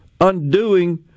undoing